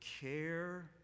care